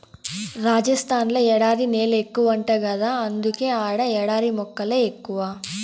రాజస్థాన్ ల ఎడారి నేలెక్కువంట గదా అందుకే ఆడ ఎడారి మొక్కలే ఎక్కువ